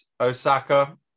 Osaka